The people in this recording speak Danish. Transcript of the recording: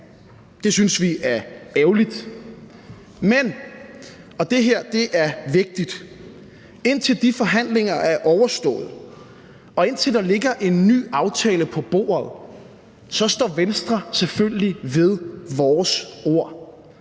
det synes vi er ærgerligt. Men – og det her er vigtigt – indtil de forhandlinger er overstået, og indtil der ligger en ny aftale på bordet, så står vi i Venstre selvfølgelig ved vores ord.